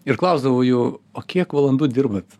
ir klausdavau jų o kiek valandų dirbat